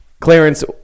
Clarence